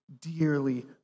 dearly